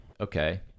okay